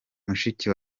mushiki